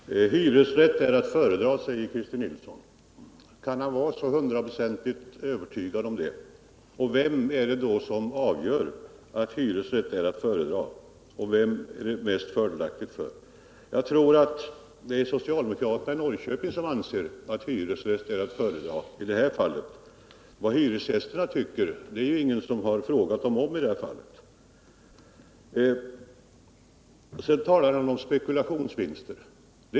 Herr talman! Hyresrätt är att föredra, säger Christer Nilsson. Kan han vara hundraprocentigt övertygad om det? Vem är det då som avgör att hyresrätt är att föredra, och vem är det mest fördelaktigt för? Jag tror att det är socialdemokraterna i Norrköping som anser att hyresrätt är att föredra i detta fall. Vad hyresgästerna tycker har ingen frågat dem om. Christer Nilsson talar om spekulationsvinster.